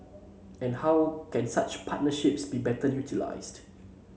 and how can such partnerships be better utilised